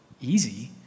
easy